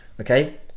okay